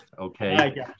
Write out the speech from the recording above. Okay